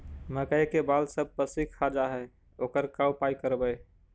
मकइ के बाल सब पशी खा जा है ओकर का उपाय करबै?